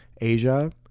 Asia